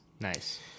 Nice